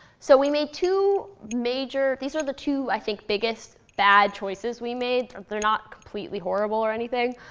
so we made two major these were the two, i think, biggest bad choices we made. they're not completely horrible or anything.